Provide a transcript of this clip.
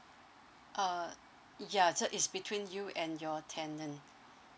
uh ya so it's between you and your tenant